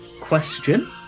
question